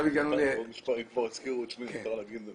אם כבר הזכירו את שמי, אם מותר להגיד,